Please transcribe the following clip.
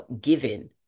given